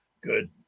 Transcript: good